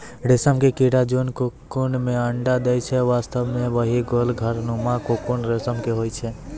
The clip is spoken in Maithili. रेशम के कीड़ा जोन ककून मॅ अंडा दै छै वास्तव म वही गोल घर नुमा ककून रेशम के होय छै